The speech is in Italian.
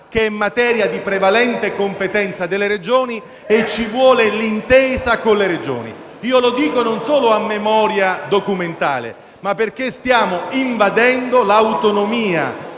che è di prevalente competenza delle Regioni e per cui ci vuole l'intesa con le Regioni. Lo dico non solo a memoria documentale, ma perché stiamo invadendo l'autonomia